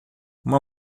uma